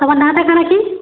ତମର୍ ନାଁ ଟା କାଣା କି